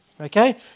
Okay